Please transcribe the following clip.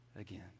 again